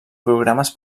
programes